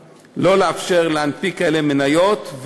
כדי שלא לאפשר להנפיק מניות כאלה,